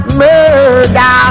murder